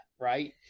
right